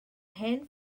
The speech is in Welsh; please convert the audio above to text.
hen